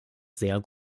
sehr